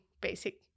basic